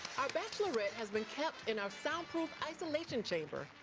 our bachelorette has been camped in our soundproof isolation chamber,